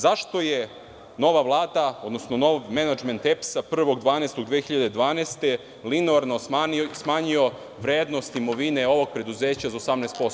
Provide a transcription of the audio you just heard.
Zašto je nova Vlada, odnosno nov menadžment EPS-a 1. decembra 2012. godine linearno smanjio vrednost imovine ovog preduzeća za 18%